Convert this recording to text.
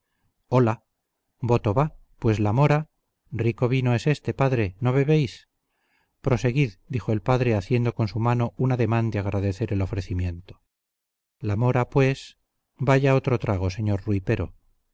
hola voto va pues la mora rico vino es este padre no bebéis proseguid dijo el padre haciendo con su mano un ademán de agradecer el ofrecimiento la mora pues vaya otro trago señor rui pero